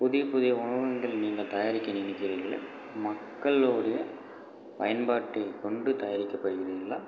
புதிய புதிய உணவகங்கள் நீங்கள் தயாரிக்க நினைக்கிறீர்கள் மக்களுடைய பயன்பாட்டை கொண்டு தயாரிக்கப்படுகிறீர்களா